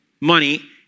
money